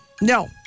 No